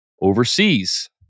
overseas